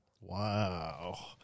Wow